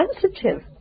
sensitive